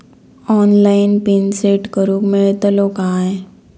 Online PIN set करूक मेलतलो काय?